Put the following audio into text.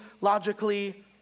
logically